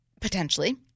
potentially